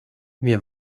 wir